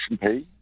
pay